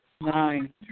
nine